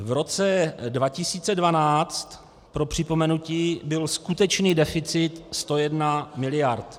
V roce 2012, pro připomenutí, byl skutečný deficit 101 mld.